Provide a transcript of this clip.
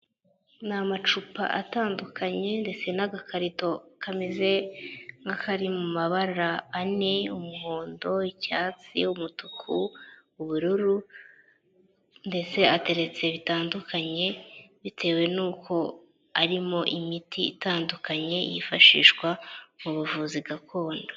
Ni amacupa atandukanye ndetse n'agakarito kameze nk'akari mabara ane, umuhondo, icyatsi, umutuku, ubururu, ndetse ateretse bitandukanye bitewe n'uko arimo imiti itandukanye yifashishwa mu buvuzi gakondo.